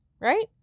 right